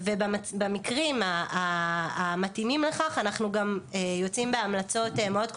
במקרים המתאימים לכך אנחנו יוצאים בהמלצות מאוד קונקרטיות,